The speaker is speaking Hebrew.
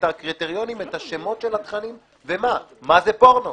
את השמות של התכנים ומה, מה זה פורנו.